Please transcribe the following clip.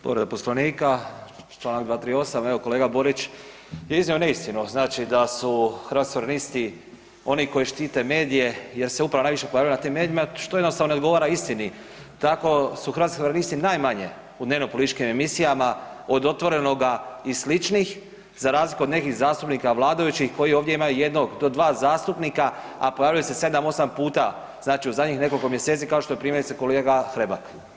Povreda poslovnika, čl. 238., evo kolega Borić je iznio neistinu, znači da su Hrvatski suverenisti oni koji štite medije jer se upravo najviše pojavljuju na tim medijima, što jednostavno ne odgovara istini, tako su Hrvatski suverenisti najmanje u dnevno političkim emisijama od „Otvorenoga“ i sličnih za razliku od nekih zastupnika vladajućih koji ovdje imaju jednog do dva zastupnika, a pojavljuju se 7-8 puta, znači u zadnjih nekoliko mjeseci, kao što je primjerice kolega Hrebak.